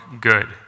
good